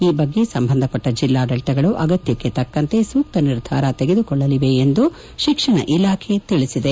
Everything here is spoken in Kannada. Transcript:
ಈ ಬಗ್ಗೆ ಸಂಬಂಧಪಟ್ಟ ಜಿಲ್ಲಾಡಳತಗಳು ಅಗತ್ಯಕ್ಷೆ ತಕ್ಕಂತೆ ಸೂಕ್ತ ನಿರ್ಧಾರ ತೆಗೆದುಕೊಳ್ಳಲಿವೆ ಎಂದು ಶಿಕ್ಷಣ ಇಲಾಖೆ ತಿಳಿಸಿದೆ